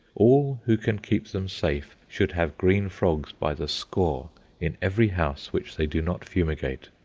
all who can keep them safe should have green frogs by the score in every house which they do not fumigate.